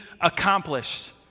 accomplished